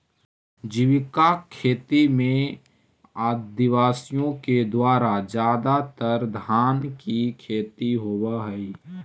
जीविका खेती में आदिवासियों के द्वारा ज्यादातर धान की खेती होव हई